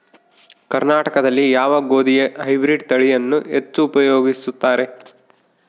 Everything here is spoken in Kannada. ಕರ್ನಾಟಕದಲ್ಲಿ ಯಾವ ಗೋಧಿಯ ಹೈಬ್ರಿಡ್ ತಳಿಯನ್ನು ಹೆಚ್ಚು ಉಪಯೋಗಿಸುತ್ತಾರೆ?